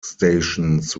stations